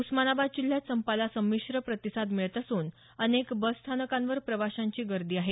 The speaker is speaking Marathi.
उस्मानाबाद जिल्ह्यात संपाला संमिश्र प्रतिसाद मिळत असून अनेक बस स्थानकांवर प्रवाशांची गर्दी आहे